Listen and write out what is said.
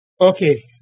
Okay